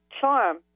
charm